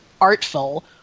artful